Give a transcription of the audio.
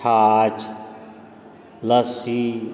छाछ लस्सी